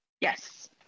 Yes